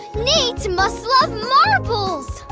nate must love marbles!